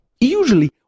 usually